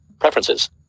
Preferences